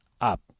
up